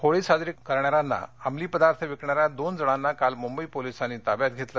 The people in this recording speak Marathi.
होळी साजरी करणाऱ्यांना अमली पदार्थ विकणाऱ्या दोन जणांना काल मुंबई पोलिसांनी ताब्यात घेतलं